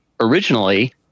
originally